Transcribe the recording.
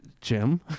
Jim